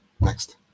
Next